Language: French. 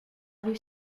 rue